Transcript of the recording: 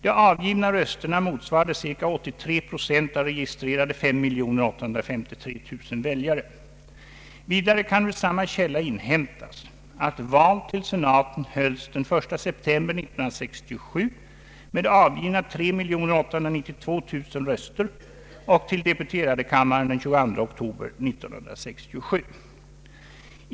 De avgivna rösterna motsvarade ca 83 procent av registrerade 5853 000 väljare. Vidare kan ur samma källa inhämtas, att val till senaten hölls den 1 september 1967 med avgivna 3892 000 röster och till deputeradekammaren den 22 oktober 1967.